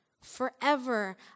Forever